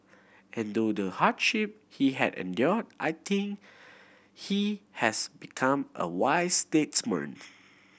and though the hardship he had endure I think he has become a wise statesman